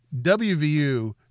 WVU